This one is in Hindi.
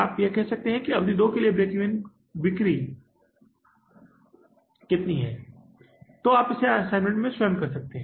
आप यह कह सकते हैं कि अवधि दो के लिए ब्रेक ईवन बिक्री सही है ताकि आपके असाइनमेंट में आप इसे स्वयं कर सकें